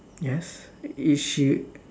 yes is she